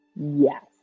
Yes